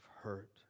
hurt